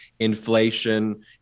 inflation